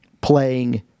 playing